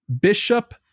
Bishop